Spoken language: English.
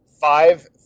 five